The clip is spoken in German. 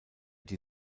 die